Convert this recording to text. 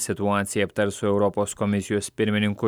situaciją aptars su europos komisijos pirmininku